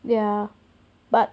ya but